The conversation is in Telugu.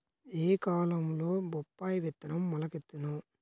ఏ కాలంలో బొప్పాయి విత్తనం మొలకెత్తును?